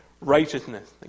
righteousness